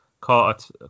caught